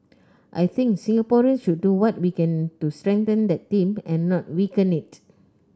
I think Singaporeans should do what we can to strengthen that team and not weaken it